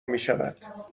میشود